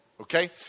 okay